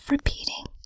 repeating